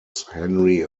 saxony